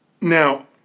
Now